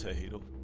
hero